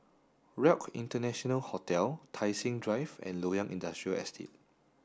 Relc International Hotel Tai Seng Drive and Loyang Industrial Estate